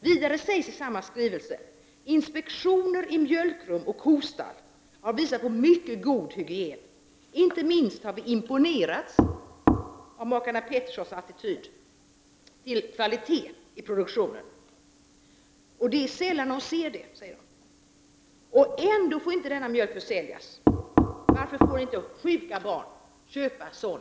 Vidare sägs i samma skrivelse: Inspektioner av mjölkrum och kostall har visat på mycket god hygien, inte minst har vi imponerats av makarna Petterssons attityd till kvalitet i produktionen. Det är sällan de ser detta, sägs det i skrivelsen.